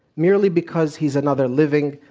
merely because he's another living,